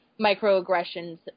microaggressions